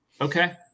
Okay